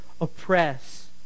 oppress